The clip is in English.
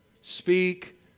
speak